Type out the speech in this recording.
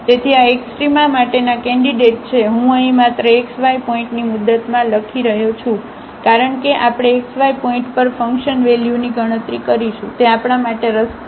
તેથી આ એક્સ્ટ્રામા માટેના કેન્ડિડેટ છે હું અહીં માત્ર x y પોઇન્ટની મુદતમાં લખી રહ્યો છું કારણ કે આપણે x y પોઇન્ટ પર ફંકશન વેલ્યુની ગણતરી કરીશું તે આપણા માટે રસપ્રદ નથી